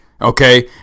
okay